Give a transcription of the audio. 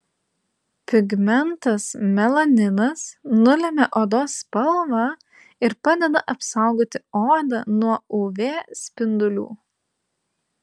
pigmentas melaninas nulemia odos spalvą ir padeda apsaugoti odą nuo uv spindulių